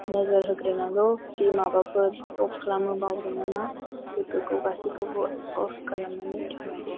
नोजोर होग्रोनांगौ कि माबाफोर अफ खालामनो बावदों नामा बेफोरखौ गासैखौबो अफ खालामनानै थानांगौ